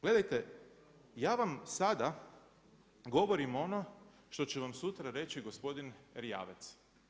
Gledajte, ja vam sada govorim ono što će vam sutra reći gospodin Erjavec.